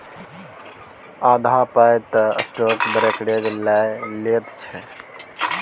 आधा पाय तँ स्टॉक ब्रोकरेजे लए लैत छै